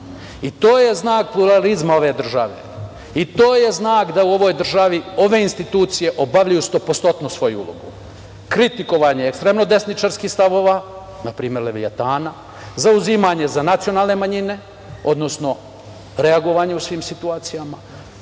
To je znak pluralizma ove države. To je znak da u ovoj državi ove institucije obavljaju 100% svoju ulogu. Kritikovanje ekstremno desničarskih stavova, na primer Levijatana, zauzimanje za nacionalne manjine, odnosno reagovanje u svim situacijama,